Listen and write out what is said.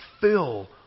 fill